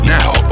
now